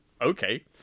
Okay